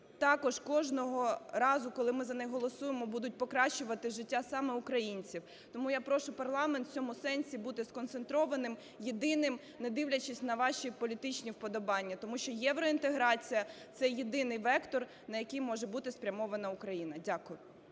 також кожного разу, коли ми за них голосуємо, будуть покращувати життя саме українців. Тому я прошу парламент в цьому сенсі бути сконцентрованим, єдиним, не дивлячись на ваші політичні вподобання, тому що євроінтеграція – це єдиний вектор, на який може бути спрямована Україна. Дякую.